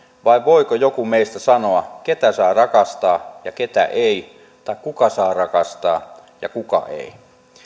vai voiko joku meistä sanoa ketä saa rakastaa ja ketä ei tai kuka saa rakastaa ja kuka ei